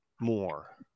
more